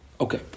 Okay